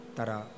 Tara